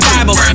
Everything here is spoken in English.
Bible